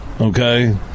okay